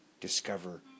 discover